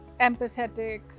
empathetic